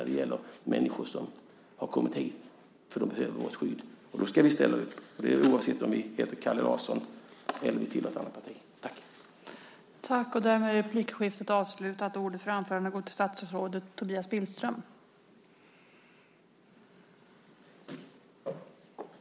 Det gäller människor som har kommit hit därför att de behöver vårt skydd, och då ska vi ställa upp oavsett om vi heter Kalle Larsson eller inte och oavsett vilket parti vi tillhör.